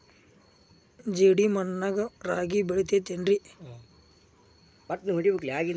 ಜೇಡಿ ಮಣ್ಣಾಗ ರಾಗಿ ಬೆಳಿತೈತೇನ್ರಿ?